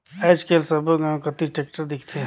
आएज काएल सब्बो गाँव कती टेक्टर दिखथे